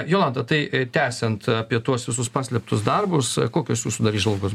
jolanta tai tęsiant apie tuos visus paslėptus darbus kokios jūsų dar įžvalgos